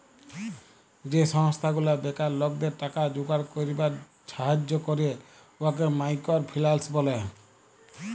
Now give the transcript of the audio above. যে সংস্থা গুলা বেকার লকদের টাকা জুগাড় ক্যইরবার ছাহাজ্জ্য ক্যরে উয়াকে মাইকর ফিল্যাল্স ব্যলে